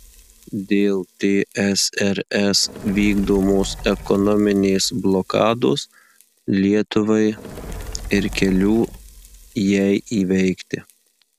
dėl tsrs vykdomos ekonominės blokados lietuvai ir kelių jai įveikti